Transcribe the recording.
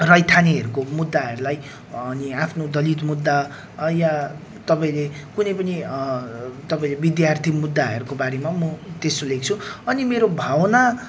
रैथानेहरूको मुद्दाहरूलाई अनि आफ्नो दलित मुद्दा या तपाईँले कुनै पनि तपाईँले विद्यार्थी मुद्दाहरूको बारेमा म त्यस्तो लेख्छु अनि मेरो भावना